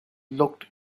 looked